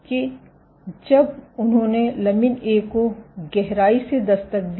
कि जब उन्होंने लमिन ए को गहराई से दस्तक दी